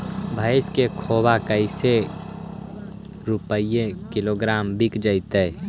भैस के खोबा कैसे रूपये किलोग्राम बिक जइतै?